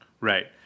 Right